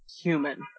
human